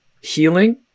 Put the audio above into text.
healing